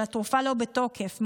אבל התרופה לא בתוקף,